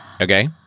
Okay